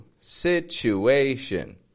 situation